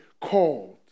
called